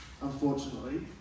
unfortunately